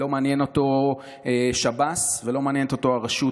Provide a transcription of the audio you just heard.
לא מעניין אותו שב"ס ולא מעניינת אותו הרשות